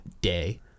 day